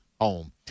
home